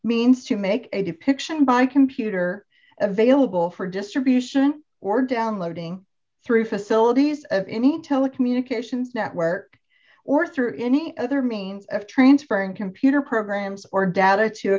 means to make a depiction by computer available for distribution or downloading through facilities of any telecommunications network or through any other means of transferring computer programs or da